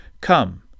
Come